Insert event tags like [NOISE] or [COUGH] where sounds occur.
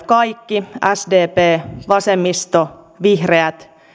[UNINTELLIGIBLE] kaikki oppositiopuolueet sdp vasemmisto vihreät